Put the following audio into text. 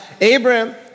Abraham